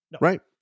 Right